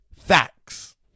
Facts